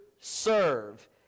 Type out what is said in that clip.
serve